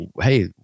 hey